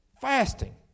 fasting